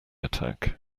attack